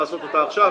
(פרסום פרטיו של נפגע או מתלונן בעבירות מין),